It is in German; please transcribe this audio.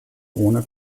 ohne